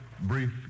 Brief